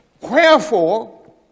Wherefore